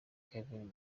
kevin